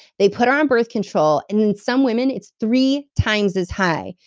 they put her on birth control, and in some women it's three times as high.